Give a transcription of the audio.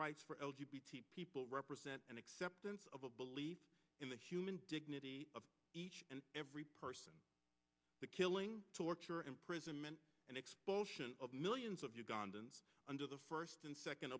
rights for people represent an acceptance of a belief in the human dignity of each and every person the killing torture imprisonment and expulsion of millions of ugandans under the first and second